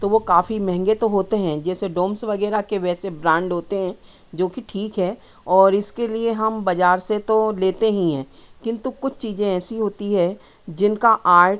तो वे काफ़ी महंगे तो होते हैं जैसे डोम्स वग़ैरह के वैसे ब्रांड होते हैं जोकि ठीक है और इसके लिए हम बाज़ार से तो लेते ही हैं किन्तु कुछ चीज़ें ऐसी होती हैं जिनका आर्ट